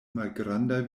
malgranda